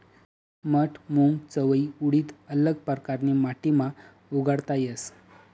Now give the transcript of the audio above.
मठ, मूंग, चवयी, उडीद आल्लग परकारनी माटीमा उगाडता येस